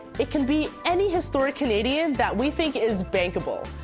it can be any historic canadian that we think is bankable.